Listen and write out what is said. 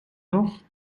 noch